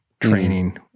Training